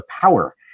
power